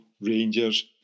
Rangers